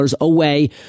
away